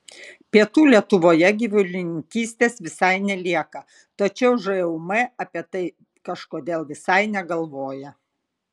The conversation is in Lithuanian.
pietų lietuvoje gyvulininkystės visai nelieka tačiau žūm apie tai kažkodėl visai negalvoja